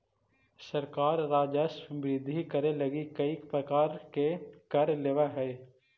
सरकार राजस्व वृद्धि करे लगी कईक प्रकार के कर लेवऽ हई